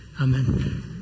Amen